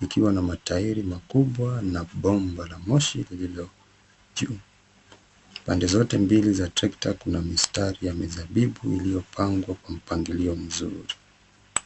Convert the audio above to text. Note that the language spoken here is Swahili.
likiwa na matairi makubwa na bomba la moshi lililo juu. Pande zote mbili za trekta kuna mistari ya mizabibu iliyopangwa kwa mpangilio mzuri.